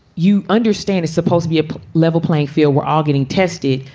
you understand is supposed be a level playing field. we're all getting tested.